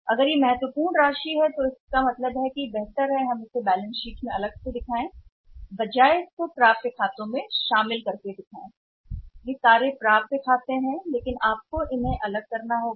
यदि यह एक महत्वपूर्ण राशि है तो इसका मतलब है कि इसे बैलेंस शीट में व्यक्तिगत रूप से दिखाना बेहतर है प्राप्य खातों के एक प्रमुख के तहत इसे क्लब करने के बजाय वे सभी प्राप्य खाते हैं लेकिन आपको उन्हें अलग करना होगा